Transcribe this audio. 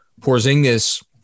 porzingis